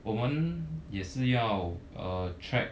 我们也是要 uh track